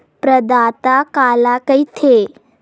प्रदाता काला कइथे?